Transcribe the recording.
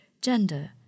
gender